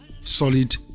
solid